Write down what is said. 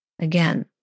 Again